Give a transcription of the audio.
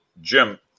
Jim